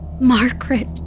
Margaret